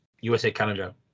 USA-Canada